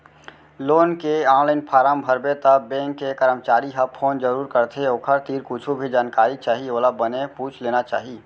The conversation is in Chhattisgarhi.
लोन के ऑनलाईन फारम भरबे त बेंक के करमचारी ह फोन जरूर करथे ओखर तीर कुछु भी जानकारी चाही ओला बने पूछ लेना चाही